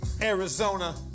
Arizona